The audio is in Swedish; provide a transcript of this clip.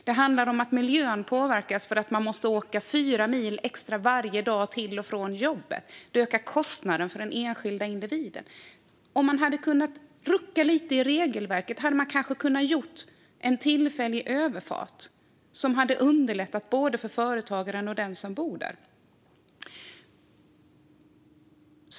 Det handlar om att miljön påverkas för att man måste åka fyra mil extra varje dag till och från jobbet. Det ökar kostnaden för den enskilda individen. Om man hade kunnat rucka lite i regelverket hade man kanske kunnat göra en tillfällig överfart som hade underlättat för både företagaren och den som bor där.